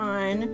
on